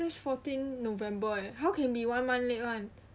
that's fourteen november eh how can be one month late one